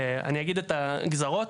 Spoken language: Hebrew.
אני אגיד את הגזרות,